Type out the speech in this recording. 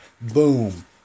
Boom